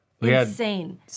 insane